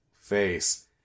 face